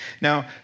Now